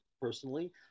personally